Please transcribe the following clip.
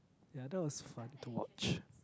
ya that was fun to watch